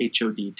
hod